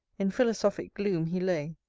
in philosophic gloom he lay,